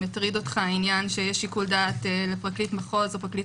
אם מטריד אותך העניין שיש שיקול דעת לפרקליט מחוז או לפרקליט